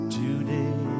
today